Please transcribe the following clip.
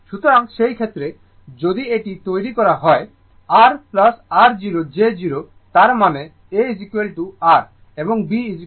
সুতরাং সেই ক্ষেত্রে যদি এটি তৈরি করা হয় R r 0 j 0 তার মানে aR এবং b 0